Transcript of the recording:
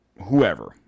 whoever